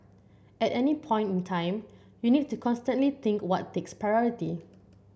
at any point in time you need to constantly think what takes priority